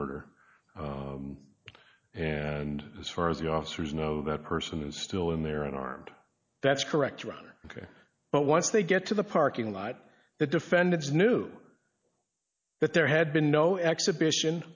murder and as far as the officers know that person is still in there unarmed that's correct rather ok but once they get to the parking lot the defendants knew that there had been no exhibition